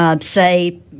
say